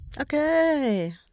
Okay